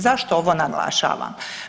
Zašto ovo naglašavam?